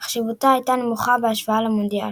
אך חשיבותו הייתה נמוכה בהשוואה למונדיאל.